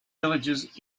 villages